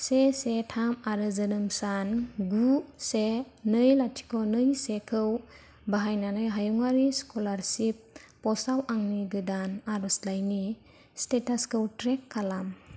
से से थाम आरो जोनोम सान गु से नै लाथिख' नै सेखौ बाहायनानै हायुङारि स्कलारसिप पसाव आंनि गोदान आरजलाइनि स्टेटासखौ ट्रेक खालाम